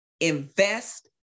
invest